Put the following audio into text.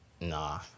nah